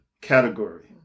category